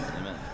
Amen